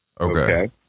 Okay